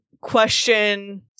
question